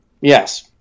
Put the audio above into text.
Yes